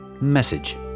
message